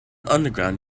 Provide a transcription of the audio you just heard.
underground